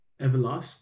Everlast